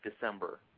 December